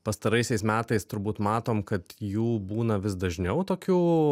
pastaraisiais metais turbūt matom kad jų būna vis dažniau tokių